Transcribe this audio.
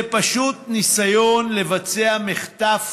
זה פשוט ניסיון לבצע מחטף